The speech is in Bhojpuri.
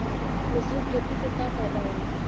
मिश्रित खेती से का फायदा होई?